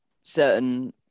certain